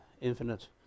infinite